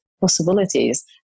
possibilities